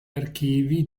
archivi